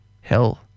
Hell